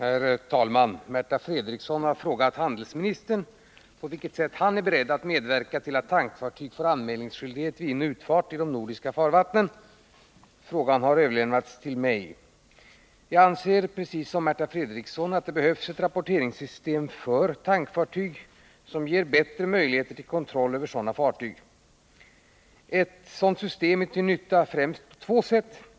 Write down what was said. Herr talman! Märta Fredrikson har frågat handelsministern på vilket sätt han är beredd att medverka till att tankfartyg får anmälningsskyldighet vid inoch utfart i de nordiska farvattnen. Frågan har överlämnats till mig. Jag anser, liksom Märta Fredrikson, att det behövs ett rapporteringssystem för tankfartyg som ger förbättrade möjligheter till kontroll över sådana fartyg. Ett rapporteringssystem är till nytta främst på två sätt.